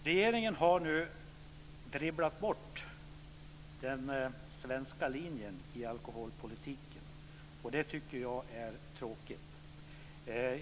Regeringen har nu dribblat bort den svenska linjen i alkoholpolitiken, och det tycker jag är tråkigt.